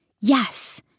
Yes